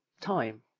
time